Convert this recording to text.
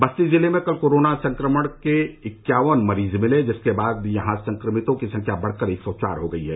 बस्ती जिले में कल कोरोना संक्रमण के इक्यावन मरीज मिले जिसके बाद यहां संक्रमितों की संख्या बढ़कर एक सौ चार हो गई है